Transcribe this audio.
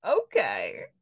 Okay